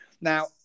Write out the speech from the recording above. Now